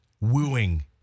Wooing